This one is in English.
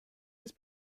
has